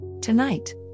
Tonight